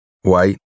White